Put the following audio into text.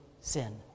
sin